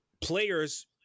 players